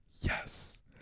yes